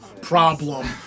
problem